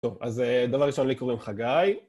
טוב, אז דבר ראשון לי קוראים חגי.